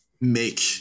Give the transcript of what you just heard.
make